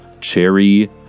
cherry